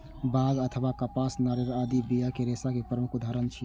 बांग अथवा कपास, नारियल आदि बियाक रेशा के प्रमुख उदाहरण छियै